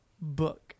book